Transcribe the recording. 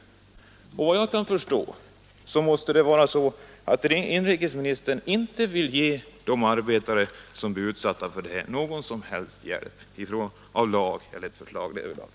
Enligt vad jag kan förstå måste det vara så att inrikesministern inte vill ge de arbetare som blir utsatta för detta någon som helst hjälp i form av ett förslag till lag.